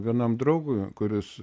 vienam draugui kuris